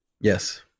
Yes